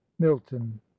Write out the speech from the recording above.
Milton